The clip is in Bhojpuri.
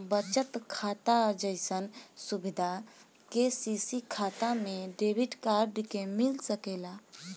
बचत खाता जइसन सुविधा के.सी.सी खाता में डेबिट कार्ड के मिल सकेला का?